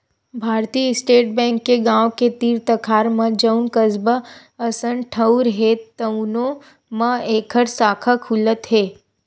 भारतीय state bank के गाँव के तीर तखार म जउन कस्बा असन ठउर हे तउनो म एखर साखा खुलत हे